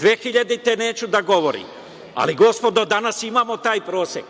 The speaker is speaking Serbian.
Godine 2000. neću da govorim. Ali, gospodo, danas imamo taj prosek.